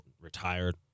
retired